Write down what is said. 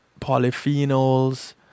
polyphenols